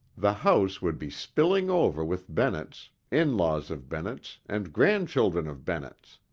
the house would be spilling over with bennetts, in-laws of bennetts and grandchildren of bennetts.